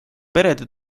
perede